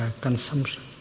consumption